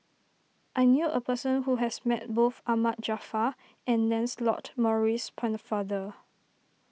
I knew a person who has met both Ahmad Jaafar and Lancelot Maurice Pennefather